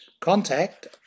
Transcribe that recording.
Contact